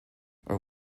are